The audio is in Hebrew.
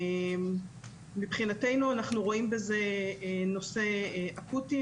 מבחינתנו אנחנו רואים בזה נושא אקוטי,